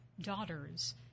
daughters